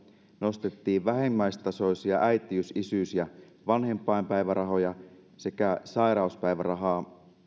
nostettiin vähimmäistasoisia äitiys isyys ja vanhempainpäivärahoja sekä sairauspäivärahaa